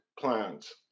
plans